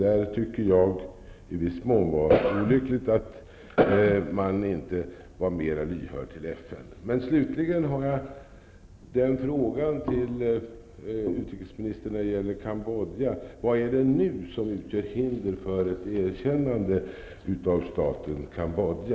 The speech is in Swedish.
Jag tycker att det i viss mån var olyckligt att man inte var mer lyhörd gentemot FN. Cambodja. Vad är det nu som utgör hinder för ett erkännande av staten Cambodja?